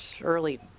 early